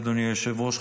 אדוני היושב-ראש,